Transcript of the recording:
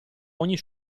ogni